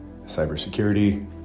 cybersecurity